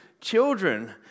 children